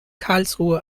karlsruhe